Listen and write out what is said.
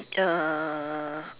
uh